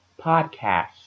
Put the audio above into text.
Podcast